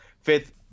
fifth